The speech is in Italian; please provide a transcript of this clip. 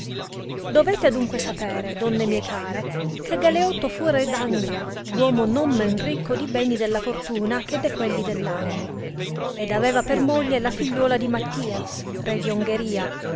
dovete adunque sapere donne mie care che galeotto fu re d anglia uomo non men ricco di beni della fortuna che de quelli dell'animo ed aveva per moglie la figliuola di mattias re di ongheria